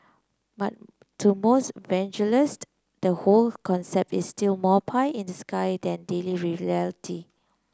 but to most the whole concept is still more pie in the sky than daily reality